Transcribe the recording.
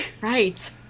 Right